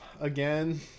again